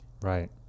Right